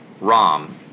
Rom